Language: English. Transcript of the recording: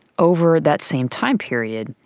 over that same time period,